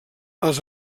els